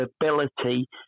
ability